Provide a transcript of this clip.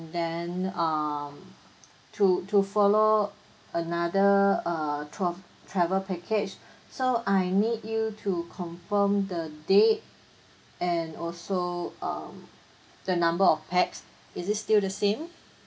then um to to follow another err twe~ travel package so I need you to confirm the date and also um the number of pax is it still the same